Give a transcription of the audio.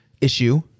Issue